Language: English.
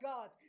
God